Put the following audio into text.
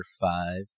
five